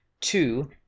Two